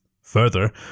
Further